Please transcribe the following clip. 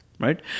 Right